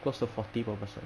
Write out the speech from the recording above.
close to forty per person